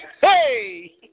Hey